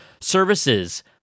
services